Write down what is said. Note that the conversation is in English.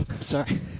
Sorry